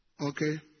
Okay